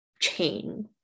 chain